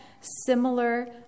similar